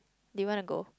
do you want to go